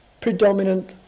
predominant